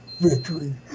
victory